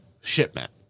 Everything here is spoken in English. shipment